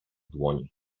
dłoni